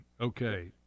Okay